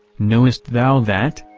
knowest thou that?